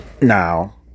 Now